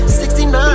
69